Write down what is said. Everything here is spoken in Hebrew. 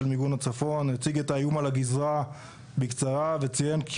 מיגון הצפון הציג את האיום על הגזרה בקצרה וציין כי